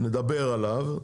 נדבר עליו,